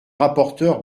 rapporteur